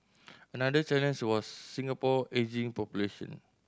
another challenge was Singapore ageing population